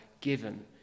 given